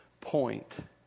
point